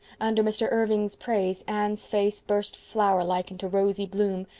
under mr. irving's praise anne's face burst flower like into rosy bloom,